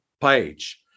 page